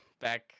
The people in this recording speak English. back